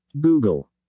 Google